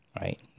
right